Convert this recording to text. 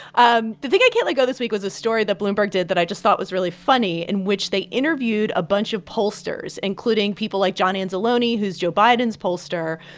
um the thing i can't let go this week was a story that bloomberg did that i just thought was really funny in which they interviewed a bunch of pollsters, including people like john anzalone, who's joe biden's pollster.